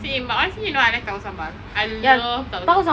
same but honestly you know I like tahu sambal I love tahu sambal